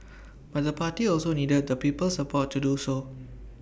but the party also needed the people's support to do so